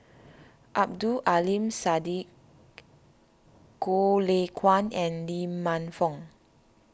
Abdul Aleem Siddique Goh Lay Kuan and Lee Man Fong